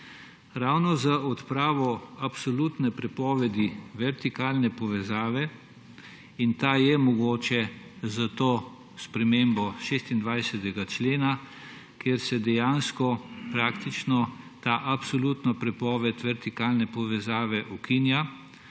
Ravno z odpravo absolutne prepovedi vertikalne povezave, ki je mogoča s to spremembo 26. člena, kjer se dejansko praktično ta absolutna prepoved vertikalne povezave ukinja.